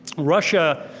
russia,